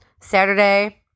saturday